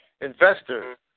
investors